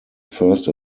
first